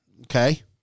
Okay